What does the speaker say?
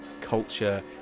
culture